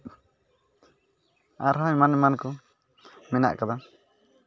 ᱟᱨᱦᱚᱸ ᱮᱢᱟᱱ ᱮᱢᱟᱱ ᱠᱚ ᱢᱮᱱᱟᱜ ᱠᱟᱫᱟ